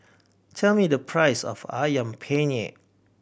tell me the price of Ayam Penyet